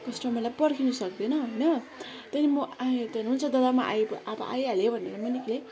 कस्टमरलाई पर्खिन सक्दैन होइन त्यहाँदेखि म आएँ हुन्छ दादा म आए अब आइहाले भनेर म निक्ले